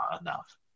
enough